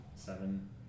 Seven